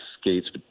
skates